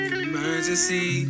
emergency